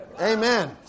Amen